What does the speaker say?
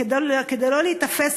וכדי לא להיתפס,